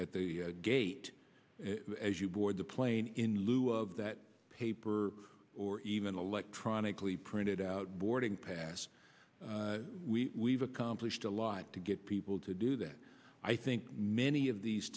at the gate as you board the plane in lieu of that paper or even electronically printed out boarding pass we accomplished a lot to get people to do that i think many of these